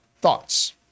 thoughts